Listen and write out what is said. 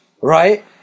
right